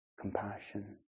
compassion